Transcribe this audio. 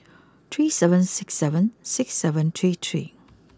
three seven six seven six seven three three